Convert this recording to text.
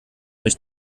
nicht